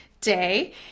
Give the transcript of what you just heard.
day